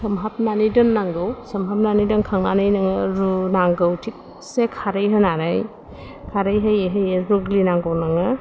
सोमहाफनानै दोनांगौ सोमहाफनानै दोनखांनानै नोङो रुनांगौ थिखसे खारै होनानै खारै होयै होयै हुग्लिनांगौ नोङो